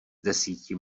desíti